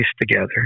together